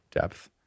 depth